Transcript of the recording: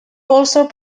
also